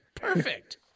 perfect